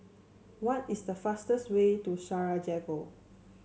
what is the fastest way to Sarajevo